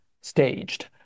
staged